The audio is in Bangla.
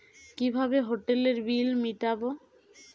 কিভাবে হোটেলের বিল মিটাব?